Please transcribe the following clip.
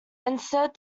instead